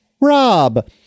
Rob